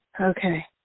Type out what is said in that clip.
Okay